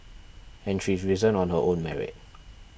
and she's risen on her own merit